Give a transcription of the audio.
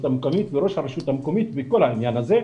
מקומית וראש הרשות המקומית בכל הנושא הזה.